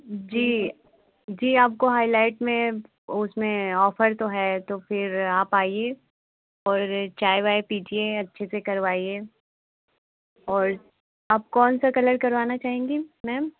जी जी आपको हाईलाइट में उसमें ऑफ़र तो है तो फिर आप आइए और चाय वाय पीजिए अच्छे से करवाइए और आप कौन सा कलर करवाना चाहेंगी मैम